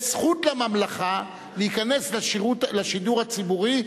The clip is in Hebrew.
יש זכות לממלכה להיכנס לשידור הציבורי,